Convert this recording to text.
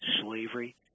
slavery